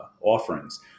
offerings